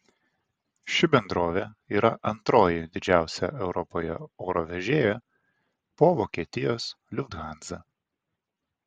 ši bendrovė yra antroji didžiausią europoje oro vežėja po vokietijos lufthansa